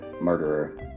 murderer